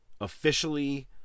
officially